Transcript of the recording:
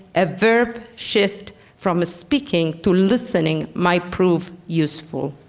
a verb shift from ah speaking to listening might prove useful.